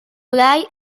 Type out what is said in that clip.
blai